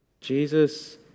Jesus